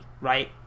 right